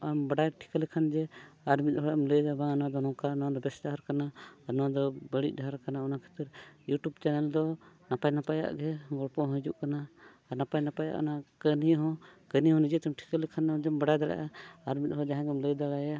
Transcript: ᱟᱢ ᱵᱟᱰᱟᱭ ᱴᱷᱤᱠᱟᱹ ᱞᱮᱠᱷᱟᱱ ᱡᱮ ᱟᱨ ᱢᱤᱫ ᱦᱚᱲᱮᱢ ᱞᱟᱹᱭᱟᱭᱟ ᱡᱮ ᱵᱟᱝ ᱱᱚᱣᱟ ᱫᱚ ᱱᱚᱝᱠᱟ ᱱᱚᱣᱟ ᱫᱚ ᱵᱮᱥ ᱰᱟᱦᱟᱨ ᱠᱟᱱᱟ ᱟᱨ ᱱᱚᱣᱟ ᱫᱚ ᱵᱟᱹᱲᱤᱡ ᱰᱟᱦᱟᱨ ᱠᱟᱱᱟ ᱚᱱᱟ ᱠᱷᱟᱹᱛᱤᱨ ᱫᱚ ᱱᱟᱯᱟᱭᱼᱱᱟᱯᱟᱭᱟᱜ ᱜᱮ ᱜᱚᱞᱯᱚ ᱦᱤᱡᱩᱜ ᱠᱟᱱᱟ ᱟᱨ ᱱᱟᱯᱟᱭᱼᱱᱟᱯᱟᱭᱟᱜ ᱚᱱᱟ ᱠᱟᱹᱦᱱᱤ ᱦᱚᱸ ᱠᱟᱹᱦᱱᱤ ᱦᱚᱸ ᱱᱤᱡᱮᱛᱮᱢ ᱴᱷᱤᱠᱟᱹ ᱞᱮᱠᱷᱟᱱ ᱱᱚᱣᱟ ᱡᱮ ᱟᱢ ᱵᱟᱰᱟᱭ ᱫᱟᱲᱮᱭᱟᱜᱼᱟ ᱟᱨ ᱢᱤᱫ ᱦᱚᱲ ᱡᱟᱦᱟᱸᱭ ᱜᱮᱢ ᱞᱟᱹᱭ ᱫᱟᱲᱮᱭᱟᱭᱟ